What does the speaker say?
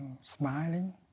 smiling